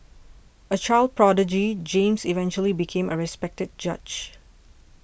a child prodigy James eventually became a respected judge